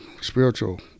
spiritual